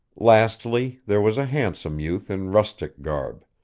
lastly, there was a handsome youth in rustic garb,